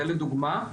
זה לדוגמא.